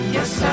Yes